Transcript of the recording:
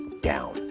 down